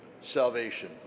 salvation